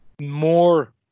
more